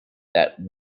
that